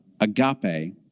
agape